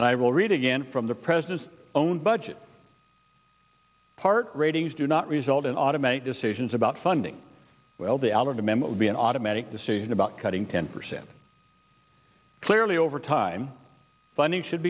and i will read again from the president's own budget part ratings do not result in automatic decisions about funding well the out of the memo would be an automatic decision about cutting ten percent clearly over time funding should